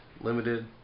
Limited